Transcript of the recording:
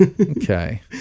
Okay